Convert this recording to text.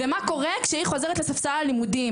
ומה קורה כשהיא חוזרת לספסל הלימודים.